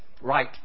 Right